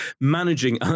managing